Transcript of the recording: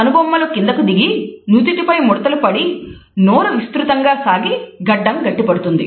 కనుబొమ్మలు కిందకు దిగి నుదిటిపై ముడతలు పడి నోరు విస్తృతంగా సాగి గడ్డం గట్టిపడుతుంది